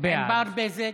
בעד ענבר בזק,